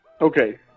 Okay